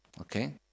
Okay